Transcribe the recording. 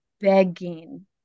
begging